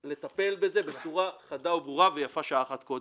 יטפלו בזה בצורה חדה וברורה, ויפה שעה אחת קודם.